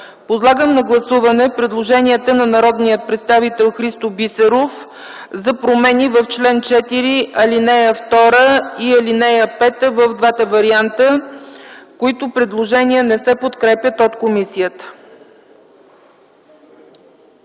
Подлагам на гласуване предложението на народния представител Христо Бисеров за промяна в чл. 4, ал. 2 и ал. 5 – в двата варианта, което не се подкрепя от комисията.